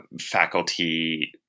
faculty